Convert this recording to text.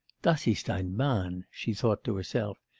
das ist ein mann she thought to herself,